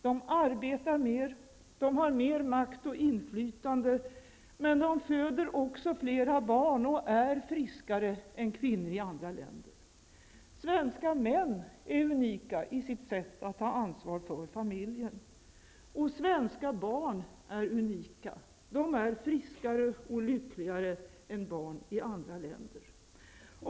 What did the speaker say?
De arbetar mer, har mer makt och inflytande, men de föder också fler barn och är friskare än kvinnor i andra länder. Svenska män är unika i sitt sätt att ta ansvar för familjen. Och svenska barn är unika; de är friskare och lyckligare än barn i andra länder.